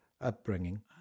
upbringing